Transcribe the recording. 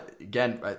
Again